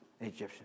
Egyptian